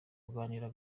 kunganira